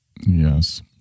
Yes